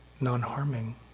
non-harming